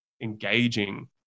engaging